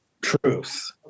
truth